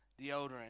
deodorant